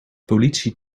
politie